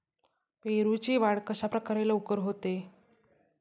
पेरूची वाढ कशाप्रकारे लवकर होते?